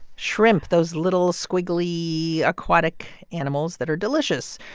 shrimp those little, squiggly, aquatic animals that are delicious.